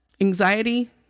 Anxiety